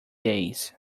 days